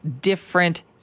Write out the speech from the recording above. different